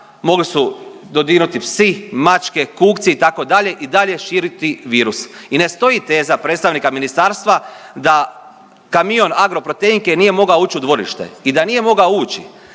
mogli su dodirnuti psi, mačke, kukci itd. i dalje širiti virus. I ne stoji teza predstavnika ministarstva da kamion Agroproteinke nije mogao uć u dvorište. I da nije mogao ući